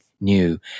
new